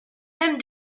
même